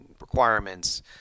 requirements